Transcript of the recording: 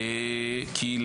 כי,